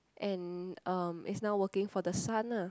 and um is now working for the son ah